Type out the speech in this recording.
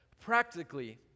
practically